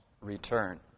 return